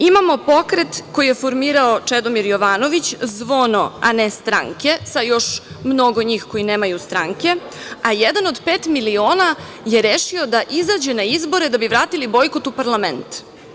Imamo pokret koji je formirao Čedomir Jovanović „Zvono, a ne stranke“ sa još mnogo njih koji nemaju stranke, a jedan od pet miliona je rešio da izađe na izbore da bi vratili bojkot u parlament.